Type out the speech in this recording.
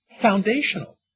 foundational